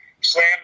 slam